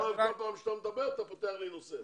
כל פעם שאתה מדבר, אתה פותח נושא.